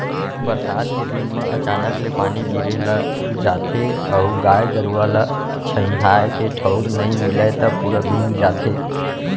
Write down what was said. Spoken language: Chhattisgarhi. बरसात के दिन म अचानक ले पानी गिरे लग जाथे अउ गाय गरूआ ल छंइहाए के ठउर नइ मिलय त पूरा भींग जाथे